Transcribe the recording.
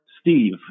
Steve